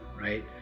right